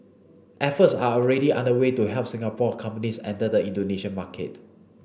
efforts are already underway to help Singapore companies enter the Indonesia market